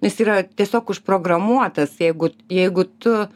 jis yra tiesiog užprogramuotas jeigu jeigu tu